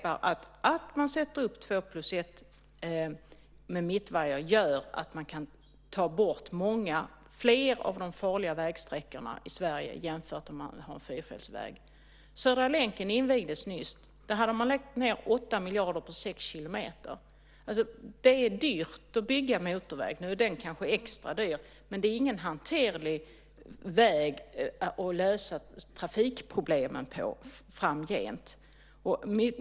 Att man sätter upp "2 + 1" med mittvajer gör att man kan ta bort många fler av de farliga vägsträckorna i Sverige jämfört med om man har en fyrfältsväg. Södra länken invigdes nyss. Där hade man lagt ned 8 miljarder på sex kilometer. Det är dyrt att bygga motorväg. Nu är den kanske extra dyr, men det är ingen hanterlig väg att lösa trafikproblemen på framgent.